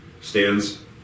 stands